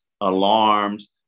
alarms